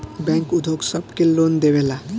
bank उद्योग सब के लोन देवेला